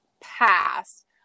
past